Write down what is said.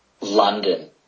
London